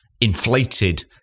inflated